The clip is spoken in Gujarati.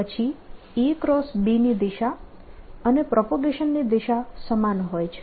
તો પછી EB ની દિશા અને પ્રોપગેશનની દિશા સમાન હોય છે